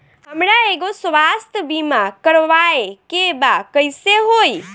हमरा एगो स्वास्थ्य बीमा करवाए के बा कइसे होई?